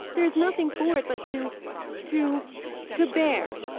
there is nothing for it but to to to bear.